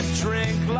drink